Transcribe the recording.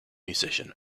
musician